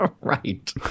Right